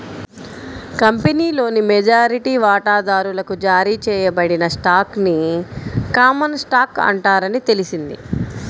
కంపెనీలోని మెజారిటీ వాటాదారులకు జారీ చేయబడిన స్టాక్ ని కామన్ స్టాక్ అంటారని తెలిసింది